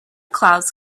clouds